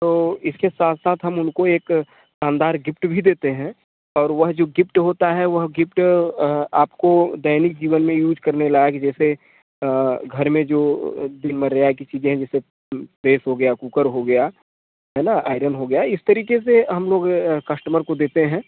तो इसके साथ साथ हम उनको एक शानदार गिफ्ट भी देते हैं और वह जो गिफ्ट होता है वह गिफ्ट आपको दैनिक जीवन में यूज़ करने लायक जैसे घर में जो चीजे हैं जैसे प्रेस हो गया कुकर हो गया है न आयरन हो गया इस तरीके से हम लोग कस्टमर को देते हैं